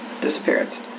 disappearance